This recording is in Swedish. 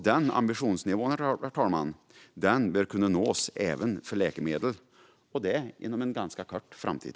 Den ambitionsnivån bör kunna nås även för läkemedel inom en ganska snar framtid.